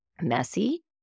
Messy